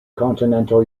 continental